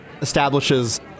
establishes